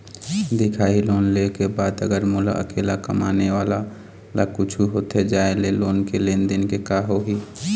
दिखाही लोन ले के बाद अगर मोला अकेला कमाने वाला ला कुछू होथे जाय ले लोन के लेनदेन के का होही?